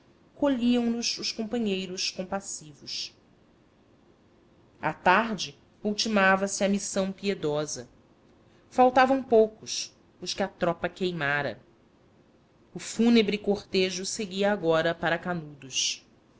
abruptos colhiam nos os companheiros compassivos à tarde ultimava se a missão piedosa faltavam poucos os que a tropa queimara o fúnebre cortejo seguia agora para canudos